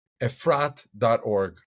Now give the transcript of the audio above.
efrat.org